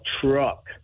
truck